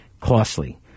costly